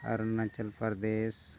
Arunachal Pradesh